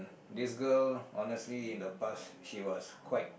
this girl honestly in the past she was quite